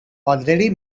already